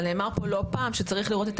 אבל נאמר פה לא פעם שצריך לראות את